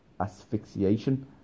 asphyxiation